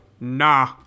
Nah